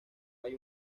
hay